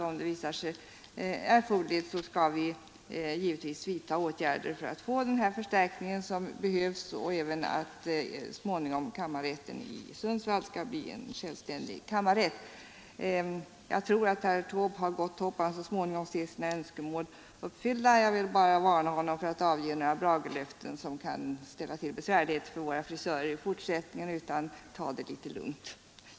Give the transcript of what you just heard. Om det visar sig erforderligt skall vi givetvis vidta åtgärder för att få den förstärkning som behövs och för att även kammarrätten i Sundsvall så småningom skall bli en självständig kammarrätt. Jag tror att herr Taube har gott hopp om att så småningom se sina önskemål uppfyllda. Jag vill bara varna honom för att avge några bragelöften som kan ställa till besvärligheter för våra frisörer i fortsättningen. Ta det litet lugnt!